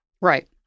Right